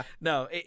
No